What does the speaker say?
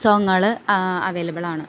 സോങ്ങുകൾ available ആണ്